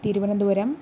Thiruvananthapuram